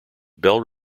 bell